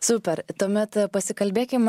super tuomet pasikalbėkim